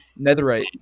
Netherite